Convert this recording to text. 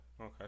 okay